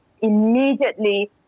immediately